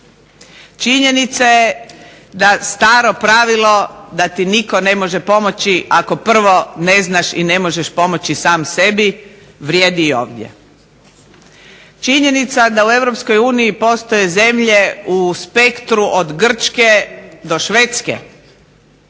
Činjenica je staro pravilo da ti nitko ne može pomoći ako prvo ne znaš i ne možeš pomoći sam sebi, vrijedi i ovdje. Činjenica da u Europskoj uniji postoje zemlje u spektru od Grčke do Švedske